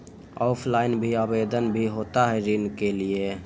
Offline भी आवेदन भी होता है ऋण के लिए?